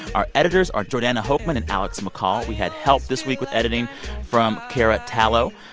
our editors are jordana hochman and alex mccall. we had help this week with editing from cara tallo.